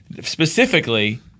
Specifically